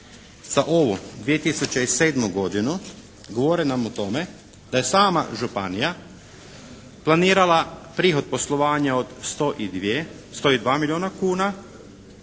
za ovu 2007. godinu govore nam o tome da je sama županija planirala prihod poslovanja od 102, 102 milijuna kuna.